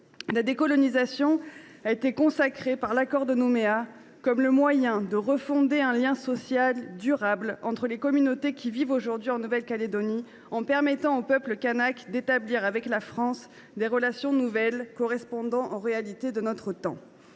La décolonisation a été consacrée par l’accord de Nouméa comme « le moyen de refonder un lien social durable entre les communautés qui vivent aujourd’hui en Nouvelle Calédonie, en permettant au peuple kanak d’établir avec la France des relations nouvelles correspondant aux réalités de notre temps